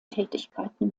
tätigkeiten